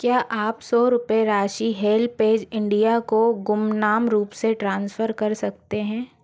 क्या आप सौ रूपए राशि हेल्पऐज इंडिया को गुमनाम ट्रांसफ़र कर सकते हैं